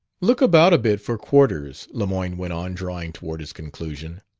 look about a bit for quarters, lemoyne went on, drawing toward his conclusion.